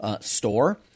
store